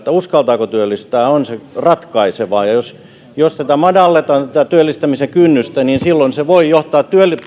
uskaltaako työllistää on se ratkaiseva jos jos madalletaan tätä työllistämisen kynnystä silloin se voi johtaa